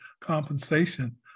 compensation